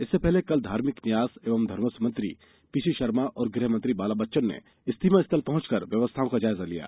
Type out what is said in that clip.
इससे पहले कल धार्मिक न्यास एवं धर्मस्व मंत्री पीसी शर्मा और गृह मंत्री बाला बच्चन ने इज्तिमा स्थल पहँच कर व्यवस्थाओं का जायजा लिया